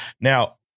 Now